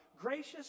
gracious